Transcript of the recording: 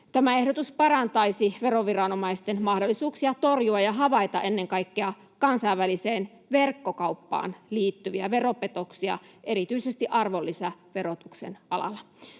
Tämä ehdotus parantaisi veroviranomaisten mahdollisuuksia torjua ja havaita ennen kaikkea kansainväliseen verkkokauppaan liittyviä veropetoksia erityisesti arvonlisäverotuksen alalla.